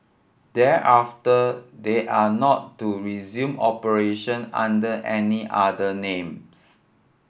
thereafter they are not to resume operation under any other names